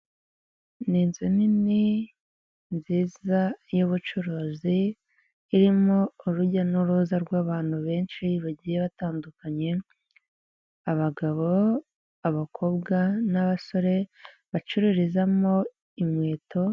Ni inzu nini nziza y'ubucuruzi, irimo urujya n'uruza rw'abantu benshi bagiye batandukanye, abagabo, abakobwa n'abasore bacururizamo inkweto.